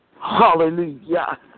Hallelujah